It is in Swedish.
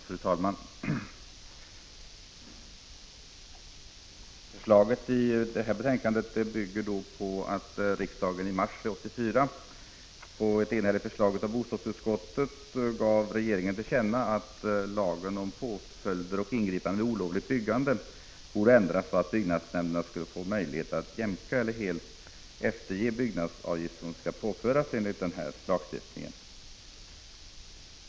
Fru talman! Det förslag som har behandlats i detta betänkande bygger på att riksdagen i mars 1984 på ett enhälligt förslag av bostadsutskottet gav regeringen till känna att lagen om påföljder och ingripanden vid olovligt byggande borde ändras så att byggnadsnämnderna skulle få möjlighet att jämka eller helt efterge byggnadsavgifter, som skall påföras enligt lagstiftningen.